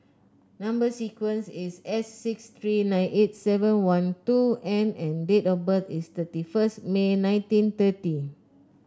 number sequence is S six three nine eight seven one two N and date of birth is thirty first May nineteen thirty